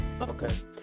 Okay